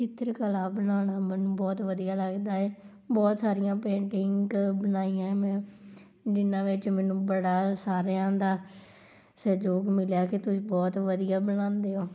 ਚਿੱਤਰਕਲਾ ਬਣਾਉਣਾ ਮੈਨੂੰ ਬਹੁਤ ਵਧੀਆ ਲੱਗਦਾ ਹੈ ਬਹੁਤ ਸਾਰੀਆਂ ਪੇਂਟਿੰਗ ਬਣਾਈਆਂ ਮੈਂ ਜਿਹਨਾਂ ਵਿੱਚ ਮੈਨੂੰ ਬੜਾ ਸਾਰਿਆਂ ਦਾ ਸਹਿਯੋਗ ਮਿਲਿਆ ਕਿ ਤੁਸੀਂ ਬਹੁਤ ਵਧੀਆ ਬਣਾਉਂਦੇ ਹੋ